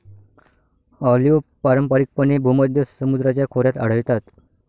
olive पारंपारिकपणे भूमध्य समुद्राच्या खोऱ्यात आढळतात